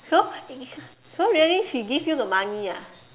so so really she give you the money ah